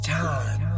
time